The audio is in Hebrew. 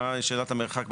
מה שאלת המרחק,